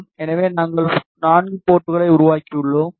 எனவே நாங்கள் 4 போர்ட்களை உருவாக்கியுள்ளோம்